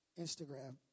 Instagram